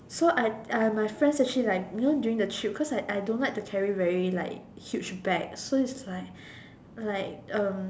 so I I my friend actually like you know during the trip because I I don't like to carry very like huge bag so is like like